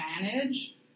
manage